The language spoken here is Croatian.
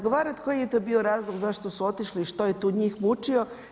Koji je to bio razlog zašto su otišli, što je tu njih mučilo?